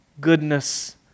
Goodness